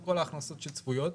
את כל ההכנסות שצפויות,